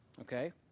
Okay